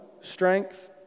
strength